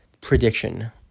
prediction